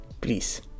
please